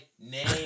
name